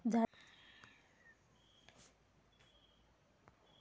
झाड लायल्या ओप्रात त्याच्या वाढीसाठी कसले घटक गरजेचे असत?